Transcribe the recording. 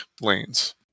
lanes